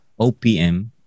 OPM